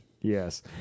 Yes